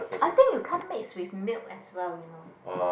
I think you can't mix with milk as well you know